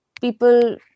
people